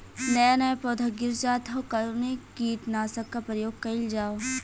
नया नया पौधा गिर जात हव कवने कीट नाशक क प्रयोग कइल जाव?